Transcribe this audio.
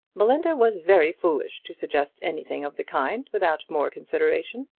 belinda was very foolish to suggest anything of the kind without more consideration.